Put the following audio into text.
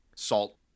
salt